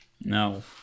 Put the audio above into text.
No